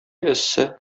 эссе